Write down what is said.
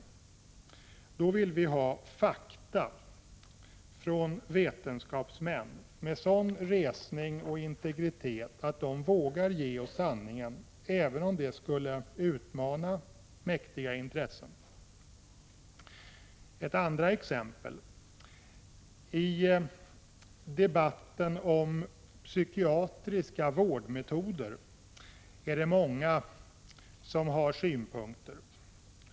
Men det vi vill ha är fakta från vetenskapsmän som har sådan resning och integritet att de vågar säga oss sanningen, även om det skulle utmana mäktiga intressen. Ett andra exempel: I debatten om psykiatriska vårdmetoder är det många som har synpunkter.